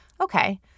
okay